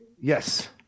Yes